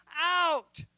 out